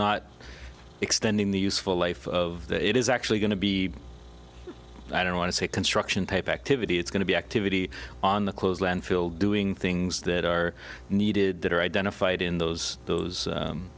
not extending the useful life of the it is actually going to be i don't want to say construction paper activity it's going to be activity on the clothes landfill doing things that are needed that are identified in those those